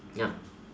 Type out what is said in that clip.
ya